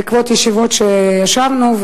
בעקבות ישיבות שישבנו.